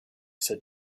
said